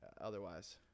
otherwise